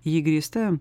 ji grįsta